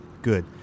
Good